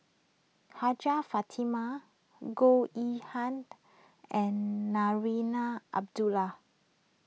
Hajjah Fatimah Goh Yihan and Abdullah